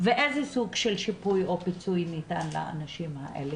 ואיזה סוג של שיפוי או פיצוי ניתן לאנשים האלה